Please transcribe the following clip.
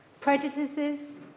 prejudices